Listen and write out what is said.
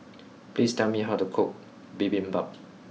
please tell me how to cook Bibimbap